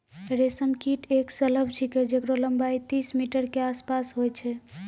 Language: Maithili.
रेशम कीट एक सलभ छिकै जेकरो लम्बाई तीस मीटर के आसपास होय छै